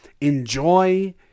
enjoy